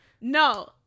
no